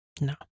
No